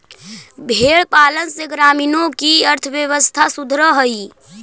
भेंड़ पालन से ग्रामीणों की अर्थव्यवस्था सुधरअ हई